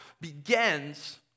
begins